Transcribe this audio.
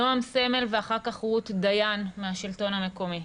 נעם סמל ואחר כך רות דיין מהשלטון המקומי.